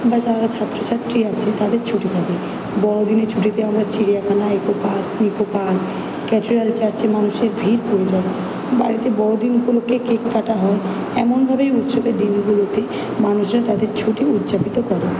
বা যারা ছাত্রছাত্রী আছে তাদের ছুটি থাকে বড়দিনের ছুটিতে আমরা চিড়িয়াখানা eco park Nicco park cathedral চার্চে মানুষের ভিড় পড়ে যায় বাড়িতে বড়দিন উপলক্ষ্যে কেক কাটা হয় এমনভাবেই উৎসবের দিনগুলোতে মানুষ তাদের ছুটি উদযাপিত করে